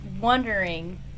wondering